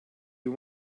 you